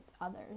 others